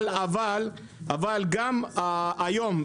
אבל גם היום,